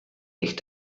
ich